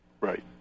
Right